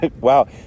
Wow